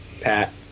Pat